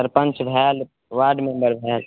सरपञ्च भेल ward member भेल